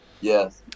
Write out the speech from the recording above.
Yes